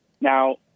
Now